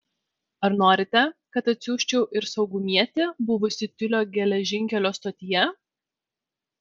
ar norite kad atsiųsčiau ir saugumietį buvusį tiulio geležinkelio stotyje